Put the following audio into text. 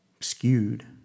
skewed